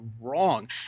wrong